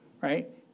right